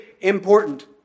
important